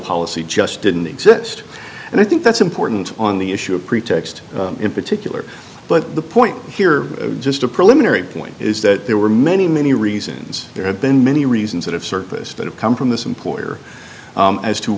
policy just didn't exist and i think that's important on the issue of pretext in particular but the point here just a preliminary point is that there were many many reasons there have been many reasons that have surfaced that have come from this employer as to